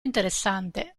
interessante